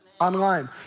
Online